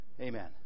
amen